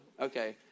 okay